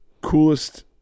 coolest